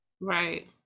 Right